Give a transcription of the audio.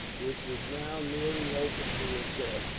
which was now nearly open to assault,